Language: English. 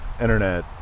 internet